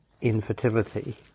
infertility